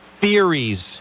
theories